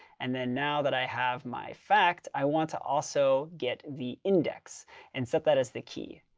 and then now that i have my fact, i want to also get the index and set that as the key.